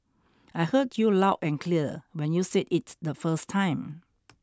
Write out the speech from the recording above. I heard you loud and clear when you said it the first time